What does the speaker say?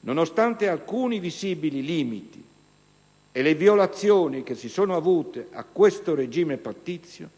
Nonostante alcuni visibili limiti e le violazioni che si sono avuti a questo regime pattizio,